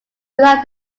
without